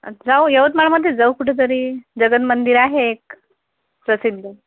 जाऊ यवतमाळमधेच जाऊ कुठंतरी जगन मंदिर आहे एक प्रसिद्ध